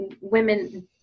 women